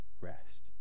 rest